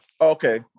Okay